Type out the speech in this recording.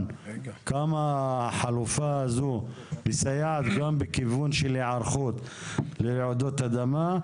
כמה החלופה הזאת מסייעת גם בכיוון של היערכות לרעידות אדמה.